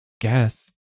Guess